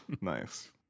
Nice